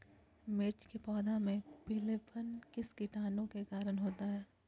मिर्च के पौधे में पिलेपन किस कीटाणु के कारण होता है?